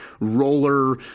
roller